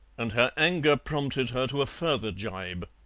and her anger prompted her to a further gibe.